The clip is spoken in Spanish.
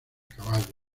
caballos